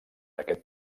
aquest